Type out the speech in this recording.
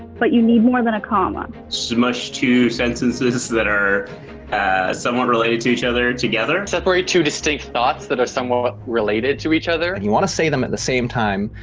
but you need more than a comma. smush two sentences that are somewhat related to each other together. separate two distinct thoughts, that are somewhat related to each other. you wanna say them at the same time,